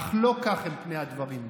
אך לא כך הם פני הדברים.